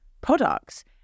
products